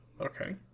Okay